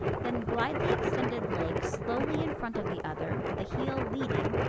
then glide the extended leg slowly in front of the other, the heel leading,